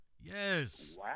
Yes